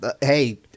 hey